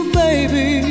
baby